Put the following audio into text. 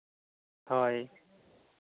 ᱦᱳᱭ